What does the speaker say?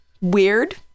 weird